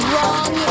Wrong